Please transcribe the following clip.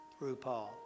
RuPaul